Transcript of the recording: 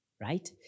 right